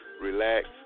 relax